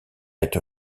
être